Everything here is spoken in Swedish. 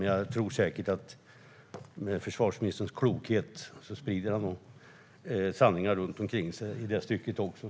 Men med försvarsministerns klokhet tror jag säkert att han sprider sanningar runt omkring sig även i det stycket.